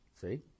See